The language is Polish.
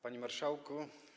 Panie Marszałku!